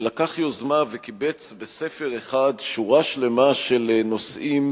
שלקח יוזמה וקיבץ בספר אחד שורה שלמה של נושאים